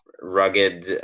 rugged